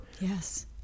Yes